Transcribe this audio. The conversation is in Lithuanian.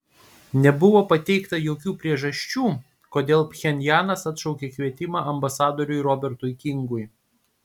nebuvo pateikta jokių priežasčių kodėl pchenjanas atšaukė kvietimą ambasadoriui robertui kingui